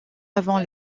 avant